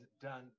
done